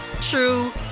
true